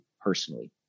personally